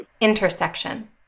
Intersection